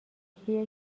یکی